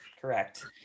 Correct